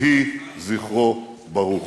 יהי זכרו ברוך.